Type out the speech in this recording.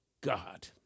God